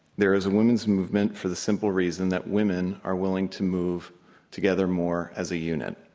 there is a women's movement for the simple reason that women are willing to move together more as a unit.